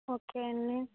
okay అండి